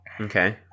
Okay